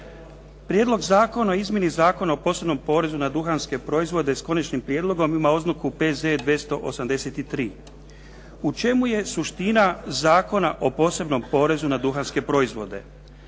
Prijedlog zakona o izmjeni Zakona o posebnom porezu na duhanske proizvode s Konačnim prijedlogom ima oznaku P.Z. 283. U čemu je suština Zakona o posebnom porezu na duhanske proizvode?